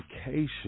education